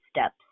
steps